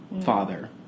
father